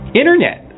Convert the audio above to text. internet